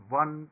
one